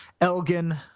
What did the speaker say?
Elgin